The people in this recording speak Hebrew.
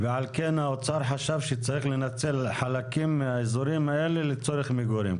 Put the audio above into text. על כן האוצר חשב שצריך לנצל חלקים מהאזורים האלה לצורך מגורים.